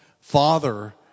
father